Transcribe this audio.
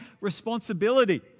responsibility